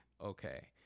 okay